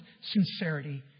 sincerity